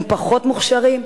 הם פחות מוכשרים?